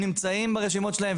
את הרופאים והם נמצאים ברשימות שלהם,